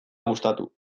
gustatu